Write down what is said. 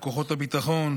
על כוחות הביטחון,